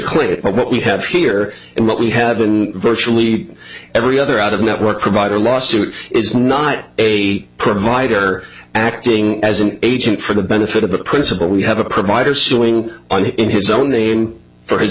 acquitted but what we have here and what we have virtually every other out of network provider lawsuit is not a provider acting as an agent for the benefit of a principle we have a provider suing on in his own name for his